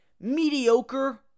mediocre